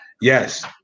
Yes